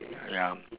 ya